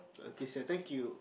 okay sir thank you